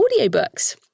audiobooks